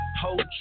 hold